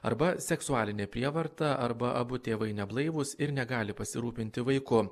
arba seksualinė prievarta arba abu tėvai neblaivūs ir negali pasirūpinti vaiku